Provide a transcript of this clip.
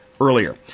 earlier